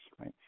right